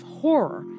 horror